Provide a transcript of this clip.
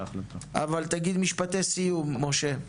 תגיד משפטי סיום משה.